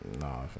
no